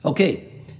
Okay